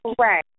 Right